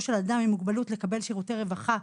של אדם עם מוגבלות לקבל שירותי רווחה,